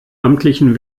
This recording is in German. amtlichen